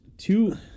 Two